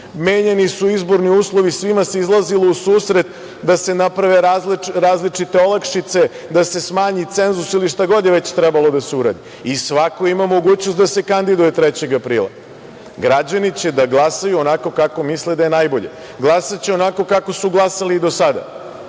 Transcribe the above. Menjani su izborni uslovi, svima se izlazilo u susret da se naprave različite olakšice, da se smanji cenzus ili šta god je trebalo da se uradi i svako ima mogućnost da se kandiduje 3. aprila. Građani će da glasaju onako kako misle da je najbolje. Glasaće onako kako su glasali i do sada. Mi